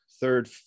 third